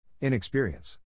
Inexperience